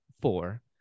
four